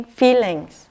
feelings